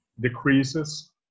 decreases